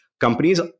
companies